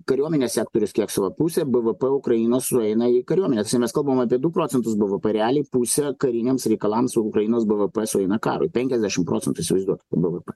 kariuomenės sektorius kiek savo pusę bvp ukraina sueina į kariuomenės ir mes kalbam apie du procentus bvp realiai pusė kariniams reikalams ukrainos bvp sueina karui penkiasdešim procentų įsivaizduokit bvp